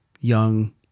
young